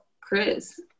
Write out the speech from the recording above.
Chris